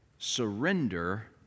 surrender